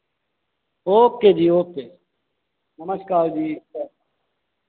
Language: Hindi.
ओके जी ओके नमस्कार जी नमस्कार